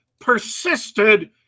persisted